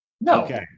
No